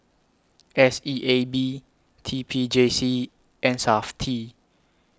S E A B T P J C and Safti